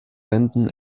wenden